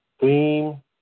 theme